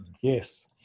Yes